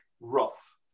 rough